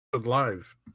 live